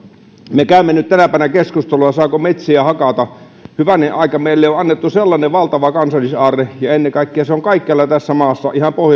me käymme nyt tänä päivänä keskustelua saako metsiä hakata hyvänen aika meille on on annettu sellainen valtava kansallisaarre ja ennen kaikkea se on kaikkialla tässä maassa ihan